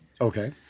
okay